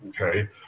okay